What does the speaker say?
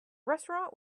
restaurant